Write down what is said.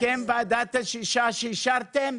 הסכם ועדת השישה שאישרתם,